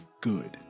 good